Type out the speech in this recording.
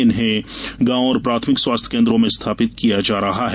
इन्हें गांवों और प्राथमिक स्वास्थ्य कोन्द्रों में स्थापित किया जा रहा है